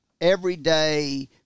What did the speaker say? everyday